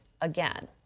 again